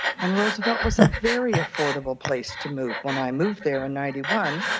and roosevelt was a very affordable place to move. when i moved there in ninety one,